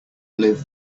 live